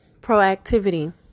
proactivity